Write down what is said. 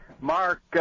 Mark